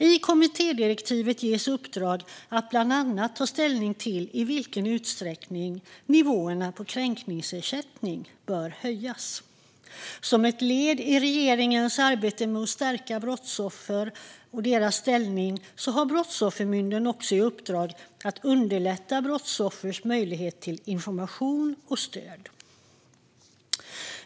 I kommittédirektivet ges uppdrag att bland annat ta ställning till i vilken utsträckning nivåerna på kränkningsersättningar bör höjas. Som ett led i regeringens arbete med att stärka brottsoffer och deras ställning har Brottsoffermyndigheten också i uppdrag att underlätta brottsoffers möjlighet till information och stöd.